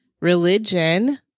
Religion